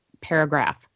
paragraph